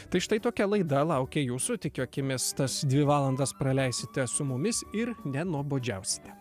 tai štai tokia laida laukia jūsų tikėkimės tas dvi valandas praleisite su mumis ir nenuobodžiausite